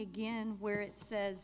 again where it says